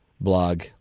blog